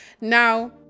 Now